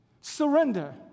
Surrender